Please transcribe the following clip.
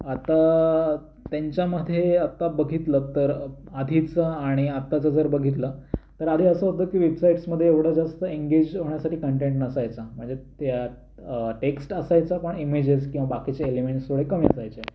आता त्यांच्यामध्ये आता बघितलंत तर आधीचं आणि आत्ताचं जर बघितलं तर आधी असं होतं की वेबसाईटसमध्ये एवढं जास्त एंगेज होण्यासाठी कंटेंट नसायचा म्हणजे त्यात टेक्स्ट असायचं पण इमेजेस किंवा बाकीचे एलिमेंटस थोडे कमी असायचे